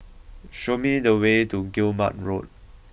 show me the way to Guillemard Road